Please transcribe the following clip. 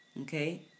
okay